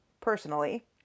personally